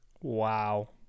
Wow